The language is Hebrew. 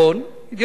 "ידיעות אחרונות",